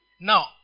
Now